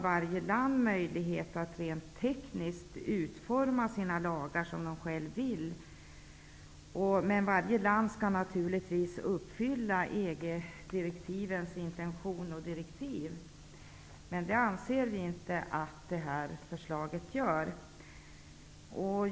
Varje land har sedan, rent tekniskt, möjlighet att utforma sina lagar som man själv vill och skall naturligtvis uppfylla EG-direktivens intention och krav. Men vi anser att detta förslag inte gör det.